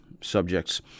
subjects